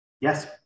Yes